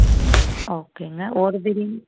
ஓகேங்க ஒரு பிரியாணி